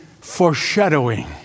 foreshadowing